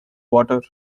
water